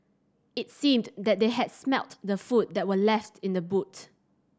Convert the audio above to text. it seemed that they had smelt the food that were left in the boot